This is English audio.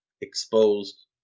exposed